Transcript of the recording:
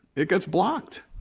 it gets blocked.